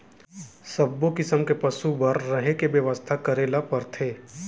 सब्बो किसम के पसु बर रहें के बेवस्था करे ल परथे